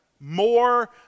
more